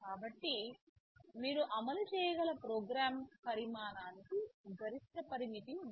కాబట్టి మీరు అమలు చేయగల ప్రోగ్రామ్ పరిమాణానికి గరిష్ట పరిమితి ఉంది